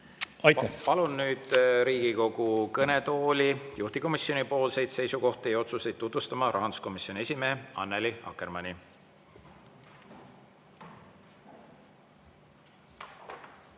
Palun nüüd Riigikogu kõnetooli juhtivkomisjoni seisukohti ja otsuseid tutvustama rahanduskomisjoni esimehe Annely Akkermanni.